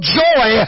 joy